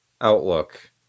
outlook